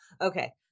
okay